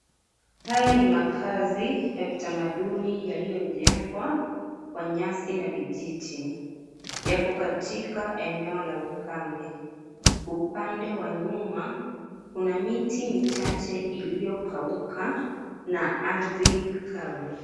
Haya ni makazi ya kitamaduni yaliyojengwa, kwa nyasi na vijiti, yako katika eneo la ukame, upande wa nyuma, kuna miti michache iliyokauka na ardhi kavu.